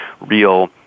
real